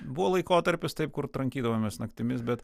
buvo laikotarpis taip kur trankydavomės naktimis bet